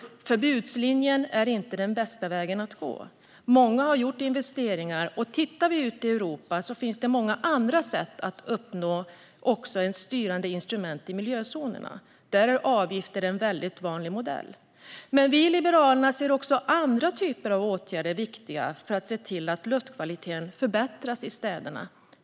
Förbudslinjen är inte den bästa vägen att gå. Många har gjort investeringar, och om vi tittar ut i Europa ser vi att det finns många andra sätt att uppnå ett styrande instrument i miljözonerna. Där är avgifter en vanlig modell. Men vi i Liberalerna anser att också andra typer av åtgärder är viktiga för att se till att luftkvaliteten förbättras i städerna.